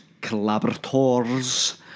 collaborators